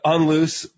Unloose